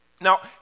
Now